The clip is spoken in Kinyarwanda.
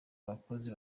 abakozi